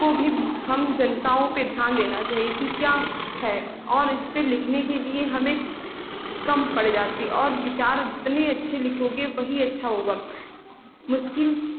को भी हम जनता पर ध्यान देना चाहिए कि क्या है और इसपर लिखने के लिए हमें कम पड़ जाती और विचार जितने अच्छे लिखोगे वही अच्छा होगा मुश्किल